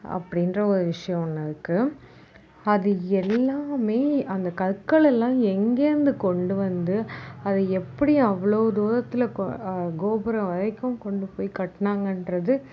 அப்படின்ற ஒரு விஷயோம் ஒன்று இருக்கு அது எல்லாமே அந்த கற்கள் எல்லாம் எங்கருந்து கொண்டு வந்து அதை எப்படி அவ்வளோ தூரத்தில் கோ கோபுரம் வரைக்கும் கொண்டு போய் கட்டினாங்கன்றது